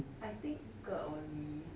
I think 一个 only